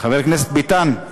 חבר הכנסת ביטן,